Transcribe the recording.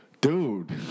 dude